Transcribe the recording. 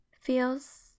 feels